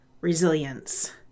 resilience